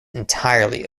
entirely